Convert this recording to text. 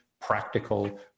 practical